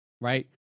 Right